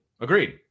Agreed